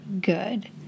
good